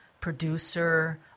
producer